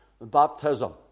baptism